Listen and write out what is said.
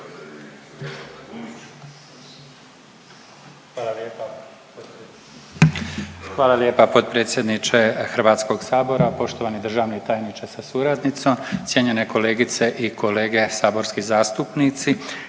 Hvala lijepa potpredsjedniče Hrvatskog sabora. Poštovani državni tajniče sa suradnicom, cijenjene kolegice i kolege saborski zastupnici,